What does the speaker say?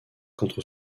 contre